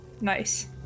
nice